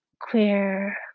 queer